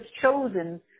chosen